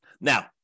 Now